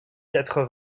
quatre